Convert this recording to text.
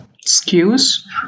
skills